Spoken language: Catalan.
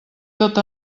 tot